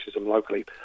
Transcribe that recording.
locally